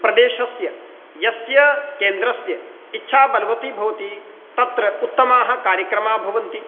प्रदेशस्य यस्य केन्द्रस्य इच्छा बलवती भवति तत्र उत्तमाः कार्यक्रमाः भवन्ति